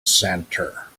center